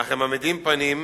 אך הם מעמידים פנים.